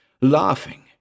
laughing